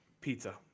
pizza